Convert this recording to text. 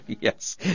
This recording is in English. Yes